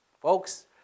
Folks